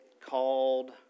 called